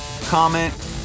Comment